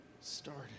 started